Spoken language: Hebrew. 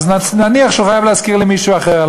אז נניח שהוא חייב להשכיר למישהו אחר,